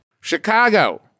Chicago